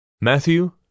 Matthew